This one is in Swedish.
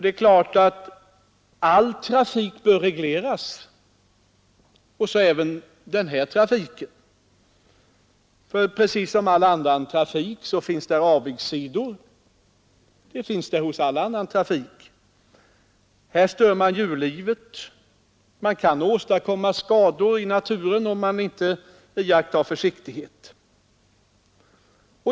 Det är klart att all trafik bör regleras och så även den här trafiken. Precis som all annan trafik har också denna avigsidor. Man stör djurlivet och kan åstadkomma skador i naturen om man inte iakttar försiktighet.